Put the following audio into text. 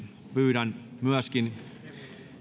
pyydän myöskin